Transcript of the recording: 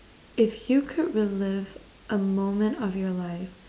if you could relive a moment of your life